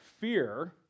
fear